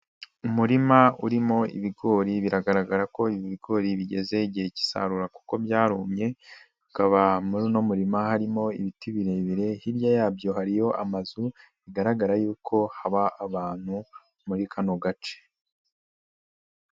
Umurima urimo ibigori biragaragara ko ibi bigori bigeze igihe k'isarura kuko byarumye, hakaba muri uno murima harimo ibiti birebire, hirya yabyo harimo amazu bigaragara y'uko haba abantu muri kano gace.